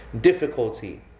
difficulty